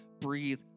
breathe